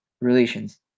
relations